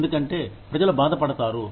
ఎందుకంటే ప్రజలు బాధపడతారు